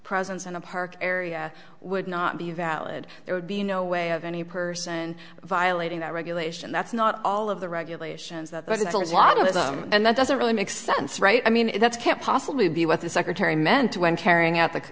presence in a park area would not be valid there would be no way of any person violating that regulation that's not all of the regulations that there's a lot of them and that doesn't really make sense right i mean that's can't possibly be what the secretary meant when carrying